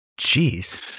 Jeez